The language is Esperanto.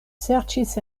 serĉis